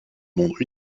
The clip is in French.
monde